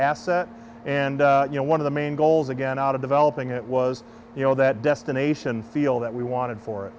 asset and you know one of the main goals again out of developing it was you know that destination feel that we wanted for